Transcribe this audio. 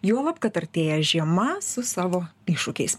juolab kad artėja žiema su savo iššūkiais